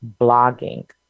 blogging